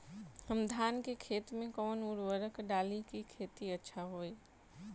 हम धान के खेत में कवन उर्वरक डाली कि खेती अच्छा होई?